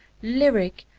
lyric,